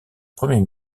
premier